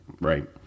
right